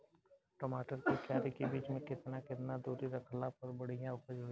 टमाटर के क्यारी के बीच मे केतना केतना दूरी रखला पर बढ़िया उपज होई?